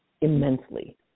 immensely